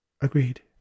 Agreed